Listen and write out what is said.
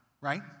right